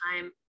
time